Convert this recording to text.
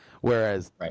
Whereas